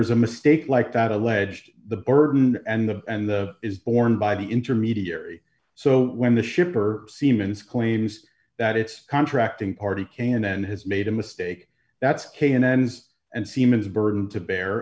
's a mistake like that alleged the burden and the and is borne by the intermediary so when the shipper siemens claims that it's contracting party can and has made a mistake that's k n n's and siemens burden to bear